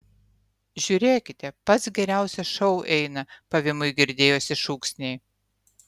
žiūrėkite pats geriausias šou eina pavymui girdėjosi šūksniai